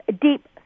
deep